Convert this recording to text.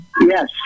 Yes